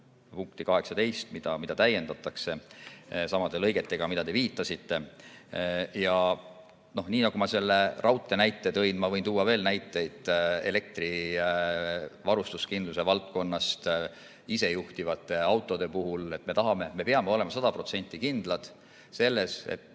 punkti 18, mida täiendatakse samade lõigetega, mida te viitasite. Ja nii nagu ma selle raudtee näite tõin, ma võin tuua veel näiteid elektrivarustuskindluse valdkonnast või isejuhtivate autode puhul. Me peame olema sada protsenti kindlad selles, et